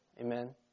Amen